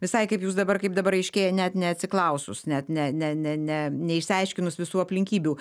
visai kaip jūs dabar kaip dabar aiškėja net neatsiklausus net ne ne ne ne neišsiaiškinus visų aplinkybių